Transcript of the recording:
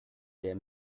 der